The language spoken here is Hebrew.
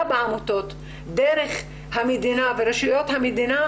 בעמותות דרך המדינה ורשויות המדינה,